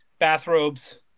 Bathrobes